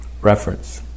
reference